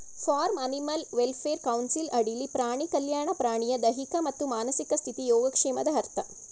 form animal welfare council ಅಡಿಲಿ ಪ್ರಾಣಿ ಕಲ್ಯಾಣ ಪ್ರಾಣಿಯ ದೈಹಿಕ ಮತ್ತು ಮಾನಸಿಕ ಸ್ಥಿತಿ ಯೋಗಕ್ಷೇಮದ ಅರ್ಥ